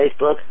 Facebook